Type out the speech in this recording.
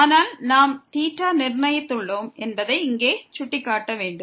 ஆனால் நாம் θவை நிர்ணயித்துள்ளோம் என்பதை இங்கே சுட்டிக்காட்ட வேண்டும்